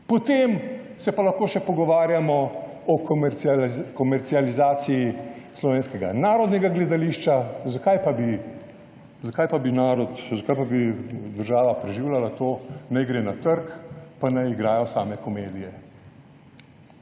Potem se pa lahko še pogovarjamo o komercializaciji Slovenskega narodnega gledališča. Zakaj pa bi država preživljala to, naj gre na trg pa naj igrajo same komedije.